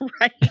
right